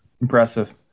impressive